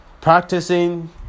practicing